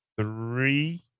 three